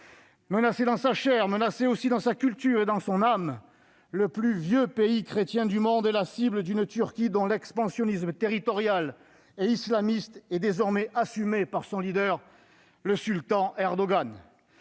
Menacé dans sa chair, dans sa culture et dans son âme, le plus vieux pays chrétien du monde est la cible d'une Turquie dont l'expansionnisme territorial et islamiste est désormais assumé par son leader, le sultan Erdogan.